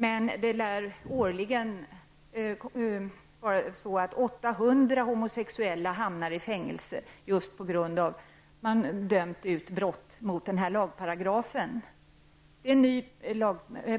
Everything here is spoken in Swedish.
Men årligen lär 800 homosexuella hamna i fängelse dömda för brott enligt denna lagparagraf. En ny